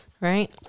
Right